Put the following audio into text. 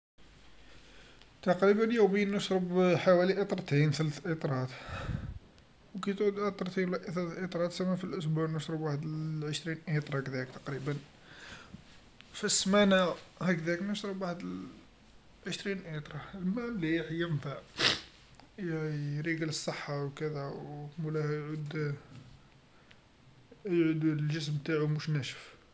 تقريبا يوميا نشرب حوالي لترتين، ثلث ليترات و كيتعود لترتين و لا ثلث ليترات تسما في الأسبوع نشرب وحد العشرين إيتر هكذاك تقريبا، في السمانه هكذاك نشرب وحد لعشرين إيتر، الما مليح ينفع ي- يريقل الصحا و كذا مولاها يعود، يعود الجسم نتاعو موش ناشف.